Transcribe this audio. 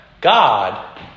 God